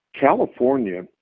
California